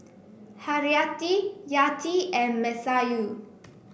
Haryati Yati and Masayu